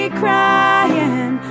crying